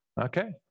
Okay